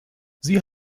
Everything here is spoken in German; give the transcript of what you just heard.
sie